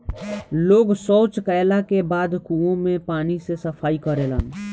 लोग सॉच कैला के बाद कुओं के पानी से सफाई करेलन